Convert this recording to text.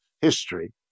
history